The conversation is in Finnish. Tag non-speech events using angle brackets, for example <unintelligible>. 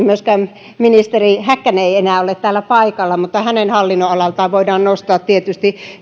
<unintelligible> myöskään ministeri häkkänen ei enää ole täällä paikalla mutta hänen hallinnonalaltaan voidaan nostaa tietysti